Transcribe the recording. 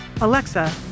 Alexa